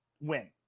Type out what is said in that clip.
win